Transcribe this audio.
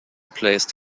placed